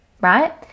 right